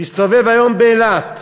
תסתובב היום באילת,